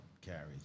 carries